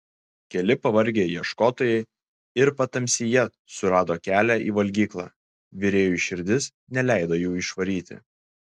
keli pavargę ieškotojai ir patamsyje surado kelią į valgyklą virėjui širdis neleido jų išvaryti